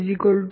C